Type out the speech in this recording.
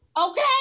Okay